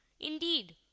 Indeed